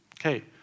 okay